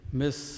miss